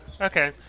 Okay